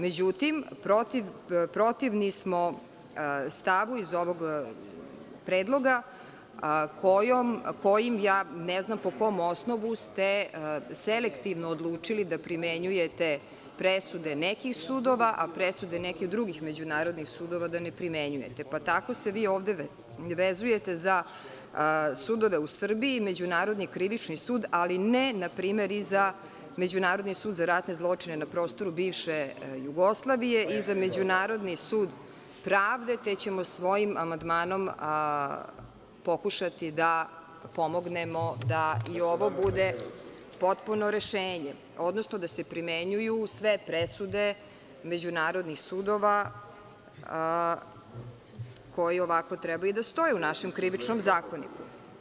Međutim, protivni smo stavu iz ovog predloga kojim ne znam po kom osnovu ste selektivno odlučili da primenjujete presude nekih sudova, a presude nekih drugih međunarodnih sudova da ne primenjujete, pa tako se ovde vezujete za sudove u Srbiji, Međunarodni krivični sud, ali i za Međunarodni sud za ratne zločine na prostoru bivše Jugoslavije i za Međunarodni sud pravde, te ćemo svojim amandmanom pokušati da pomognemo da i ovo bude potpuno rešenje, odnosno da se primenjuju sve presude međunarodnih sudova koji ovako treba i da stoje u našem Krivičnom zakoniku.